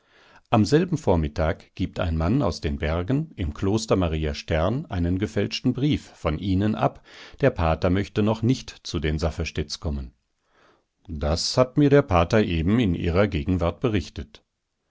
am selben vormittag gibt ein mann aus den bergen im kloster maria stern einen gefälschten brief von ihnen ab der pater möchte noch nicht zu den safferstätts kommen das hat mir der pater eben in ihrer gegenwart berichtet